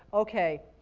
okay,